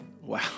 Wow